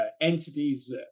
entities